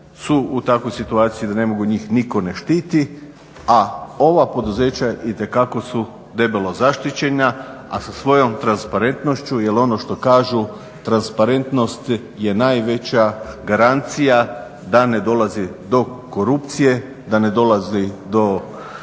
su u takvoj situaciji da ne mogu njih nitko ne štiti, a ova poduzeća itekako su debelo zaštićena, a sa svojom transparentnošću jer ono što kažu transparentnost je najveća garancija da ne dolazi do korupcije, da ne dolazi do